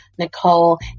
Nicole